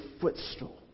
footstool